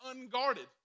unguarded